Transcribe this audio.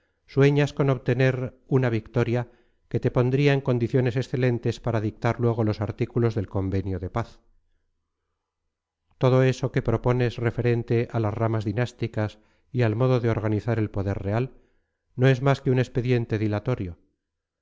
sueñas con obtener una victoria que te pondría en condiciones excelentes para dictar luego los artículos del convenio de paz todo eso que propones referente a las ramas dinásticas y al modo de organizar el poder real no es más que un expediente dilatorio